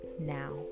now